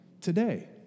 today